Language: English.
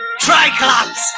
Triclops